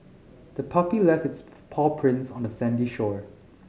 the puppy left its paw prints on the sandy shore